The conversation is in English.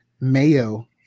mayo